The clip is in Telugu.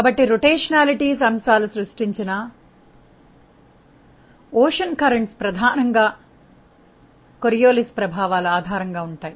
కాబట్టి భ్రమణాల అంశాలు సృష్టించిన సముద్ర ప్రవాహాలు ప్రధానంగా కోరియోలిస్ ప్రభావాలు ఆధారంగా ఉంటాయి